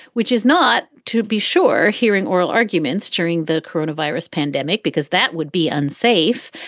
which is not to be sure, hearing oral arguments during the corona virus pandemic because that would be unsafe,